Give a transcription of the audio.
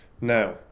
Now